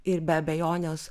ir be abejonės